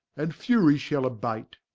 and fury shall abate.